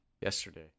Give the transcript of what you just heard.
yesterday